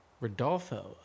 Rodolfo